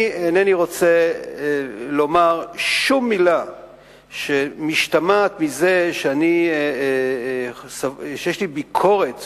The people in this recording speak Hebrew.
אני אינני רוצה לומר שום מלה שמשתמע ממנה שיש לי ביקורת